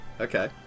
Okay